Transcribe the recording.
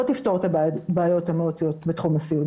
לא תפתור את הבעיות המהותיות בתחום הסיעוד,